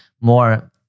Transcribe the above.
more